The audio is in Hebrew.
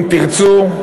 אם תרצו,